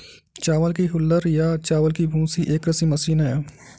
चावल की हूलर या चावल की भूसी एक कृषि मशीन है